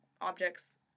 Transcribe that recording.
objects